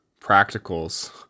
practicals